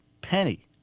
penny